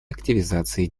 активизации